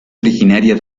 originaria